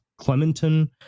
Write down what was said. Clementon